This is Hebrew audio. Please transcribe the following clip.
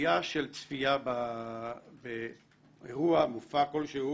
הסוגיה של צפייה באירוע, מופע כלשהו